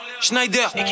Schneider